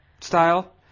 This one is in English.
style